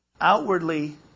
outwardly